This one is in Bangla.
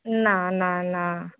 না না না